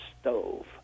stove